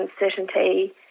uncertainty